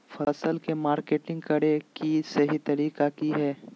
फसल के मार्केटिंग करें कि सही तरीका की हय?